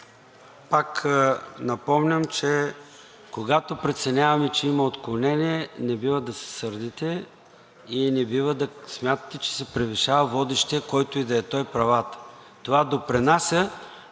Пак напомням, че когато преценяваме, че има отклонение, не бива да се сърдите и не бива да смятате, че си превишава правата водещият, който и да е той. Това допринася